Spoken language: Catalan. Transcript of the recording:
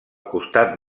costat